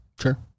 Sure